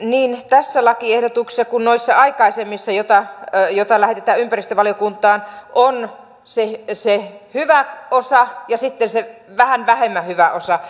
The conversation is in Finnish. niin tässä lakiehdotuksessa kuin noissa aikaisemmissa jotka lähetetään ympäristövaliokuntaan on se hyvä osa ja sitten se vähän vähemmän hyvä osa